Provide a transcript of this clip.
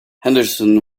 henderson